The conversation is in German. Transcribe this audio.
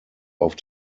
auf